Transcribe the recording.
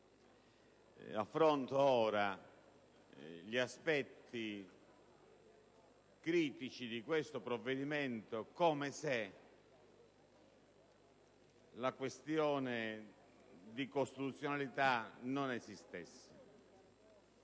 affronto gli aspetti critici di questo provvedimento come se la questione di costituzionalità non esistesse,